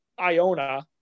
Iona